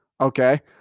Okay